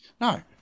No